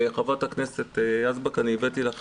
חברת הכנסת יזבק, הבאתי לך